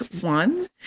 one